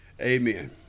Amen